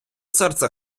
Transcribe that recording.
серце